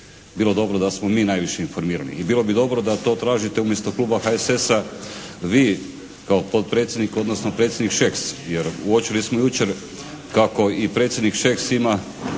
bilo dobro da smo mi najviše informirano. I bilo bi dobro da to tražite umjesto kluba HSS-a vi kao potpredsjednik, odnosno predsjednik Šeks. Jer uočili smo jučer kako i predsjednik Šeks ima